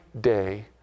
day